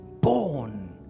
born